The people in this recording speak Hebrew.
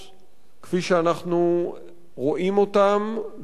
כפי שאנחנו רואים אותן וכפי שאנחנו